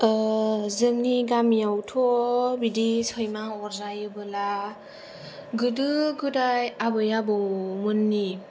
जोंनि गामियावथ' बिदि सैमा अरजायोबोला गोदो गोदाय आबौ आबैमोननि